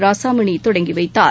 ராசமணி தொடங்கி வைத்தார்